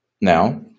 Now